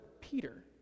Peter